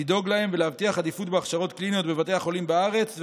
לדאוג להם ולהבטיח עדיפות בהכשרות קליניות בבתי החולים בארץ,